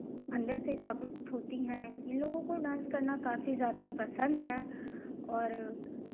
अंदर से जगरूक होती हैं इनलोगों को डांस करना काफी ज़्यादा पसंद है और